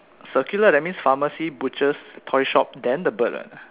circular that means pharmacy butchers toy shop then the bird [what]